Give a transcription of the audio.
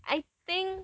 I think